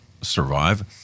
survive